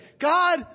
God